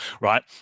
right